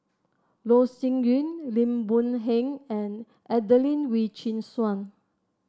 Loh Sin Yun Lim Boon Heng and Adelene Wee Chin Suan